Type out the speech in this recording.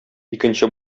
икенче